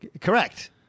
Correct